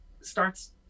starts